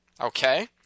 Okay